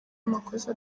amakosa